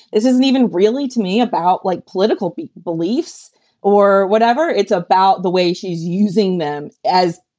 this isn't even really to me about like political beliefs or whatever. it's about the way she's using them, as,